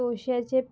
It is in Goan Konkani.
पोश्याचे